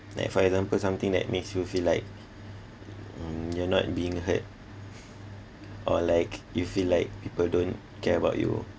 like for example something that makes you feel like mm you're not being heard or like you feel like people don't care about you